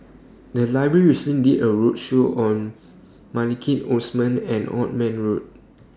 The Library recently did A roadshow on Maliki Osman and Othman Road